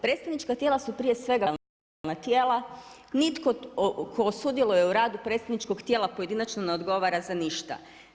Predstavnička tijela su prije svega kolegijalna tijela, nitko tko sudjeluje u radu predstavničkog tijela pojedinačno ne odgovara za ništa.